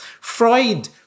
Freud